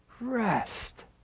rest